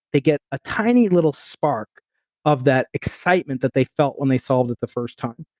they get a tiny little spark of that excitement that they felt when they solved it the first time.